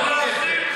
לא להחרים,